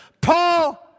Paul